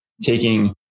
taking